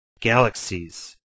galaxies